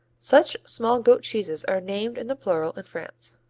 such small goat cheeses are named in the plural in france.